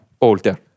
older